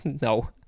no